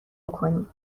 بکنی